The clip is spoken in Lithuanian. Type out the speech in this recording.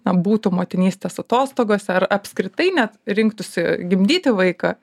na būtų motinystės atostogose ar apskritai net rinktųsi gimdyti vaiką